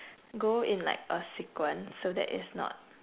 go in like a sequence so that it's not